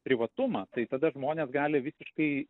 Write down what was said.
privatumą tai tada žmonės gali visiškai